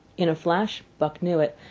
in a flash buck knew it.